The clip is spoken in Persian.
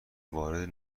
وارد